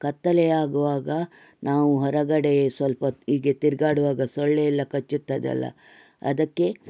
ಕತ್ತಲೆಯಾಗುವಾಗ ನಾವು ಹೊರಗಡೆಯೇ ಸ್ವಲ್ಪೊತ್ತು ಹೀಗೆ ತಿರ್ಗಾಡುವಾಗ ಸೊಳ್ಳೆಯೆಲ್ಲ ಕಚ್ಚುತ್ತದೆ ಅಲ್ಲಾ ಅದಕ್ಕೆ